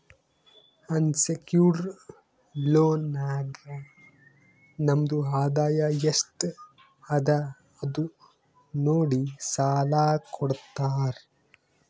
unsecured loan ನಾಗ್ ನಮ್ದು ಆದಾಯ ಎಸ್ಟ್ ಅದ ಅದು ನೋಡಿ ಸಾಲಾ ಕೊಡ್ತಾರ್